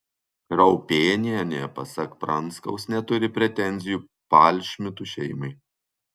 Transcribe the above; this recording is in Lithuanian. raupėnienė pasak pranskaus neturi pretenzijų palšmitų šeimai